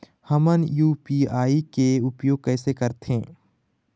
हमन यू.पी.आई के उपयोग कैसे करथें?